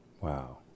Wow